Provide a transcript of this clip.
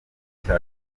cya